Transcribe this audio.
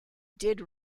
did